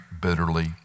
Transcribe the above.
bitterly